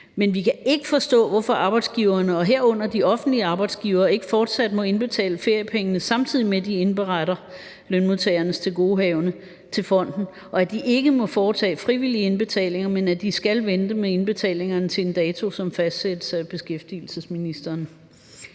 Men vi kan ikke forstå, hvorfor arbejdsgiverne og herunder de offentlige arbejdsgivere ikke fortsat må indbetale feriepengene, samtidig med at de indberetter lønmodtagernes tilgodehavende til fonden, og at de ikke må foretage frivillige indbetalinger, men at de skal vente med indbetalingerne til en dato, som fastsættes af beskæftigelsesministeren.